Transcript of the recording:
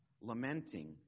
lamenting